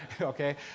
okay